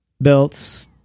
belts